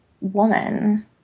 woman